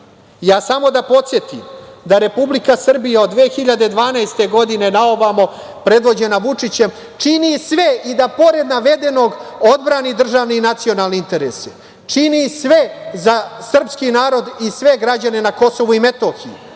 samo da podsetim da Republika Srbija od 2012. godine naovamo, predvođena Vučićem, čini sve i da pored navedenog odbrani državni i nacionalni interes, čini sve za srpski narod i sve građane na KiM i